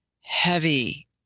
heavy